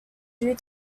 due